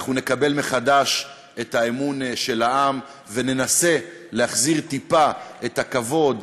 אנחנו נקבל מחדש את אמון העם וננסה להחזיר טיפה את הכבוד,